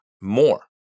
more